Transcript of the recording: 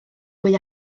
hwy